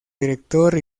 director